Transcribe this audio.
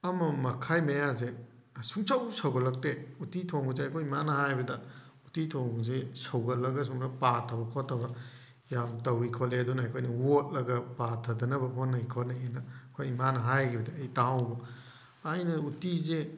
ꯑꯃ ꯃꯈꯥꯏ ꯃꯌꯥꯁꯦ ꯁꯨꯡꯁꯧ ꯁꯧꯒꯠꯂꯛꯇꯦ ꯎꯠꯇꯤ ꯊꯣꯡꯕꯁꯦ ꯑꯩꯈꯣꯏ ꯏꯃꯥ ꯍꯥꯏꯕꯗ ꯎꯠꯇꯤ ꯊꯣꯡꯕꯁꯦ ꯁꯧꯒꯠꯂꯒ ꯄꯥꯊꯕ ꯈꯣꯠꯊꯕ ꯌꯥꯝ ꯇꯧꯋꯤ ꯈꯣꯠꯂꯦ ꯑꯗꯨꯅ ꯑꯩꯈꯣꯏꯅ ꯋꯣꯠꯂꯒ ꯄꯥꯊꯗꯅꯕ ꯍꯣꯠꯅꯩ ꯈꯣꯠꯅꯩꯑꯅ ꯑꯩꯈꯣꯏ ꯏꯃꯥꯅ ꯍꯥꯏꯒꯤꯕꯗꯨ ꯑꯩ ꯇꯥꯍꯧꯕ ꯑꯩꯅ ꯎꯠꯇꯤꯁꯦ